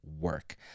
work